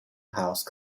house